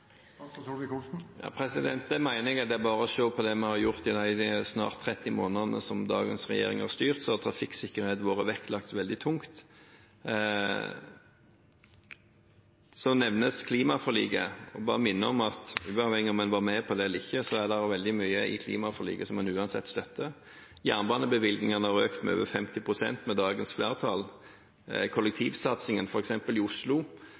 det bare er å se på det vi har gjort – i de snart 30 månedene som denne regjeringen har styrt, så har trafikksikkerheten vært vektlagt veldig tungt. Så nevnes klimaforliket. Jeg vil bare minne om at uavhengig av om en var med på det eller ikke, er det veldig mye i klimaforliket som en uansett støtter. Jernbanebevilgningene har økt med over 50 pst. med dagens flertall. Når det gjelder kollektivsatsingen, f.eks. i Oslo,